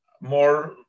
more